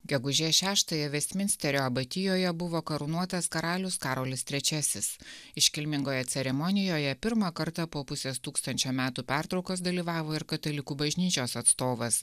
gegužės šeštąją vestminsterio abatijoje buvo karūnuotas karalius karolis trečiasis iškilmingoje ceremonijoje pirmą kartą po pusės tūkstančio metų pertraukos dalyvavo ir katalikų bažnyčios atstovas